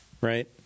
right